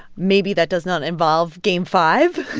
maybe that does not involve game five